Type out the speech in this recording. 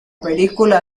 película